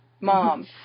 Mom